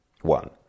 one